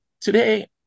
today